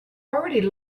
already